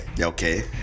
Okay